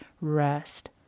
rest